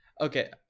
Okay